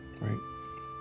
right